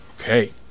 Okay